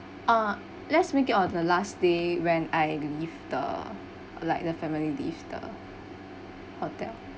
ah let's make it on the last day when I leave the like the family leave the hotel